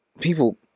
people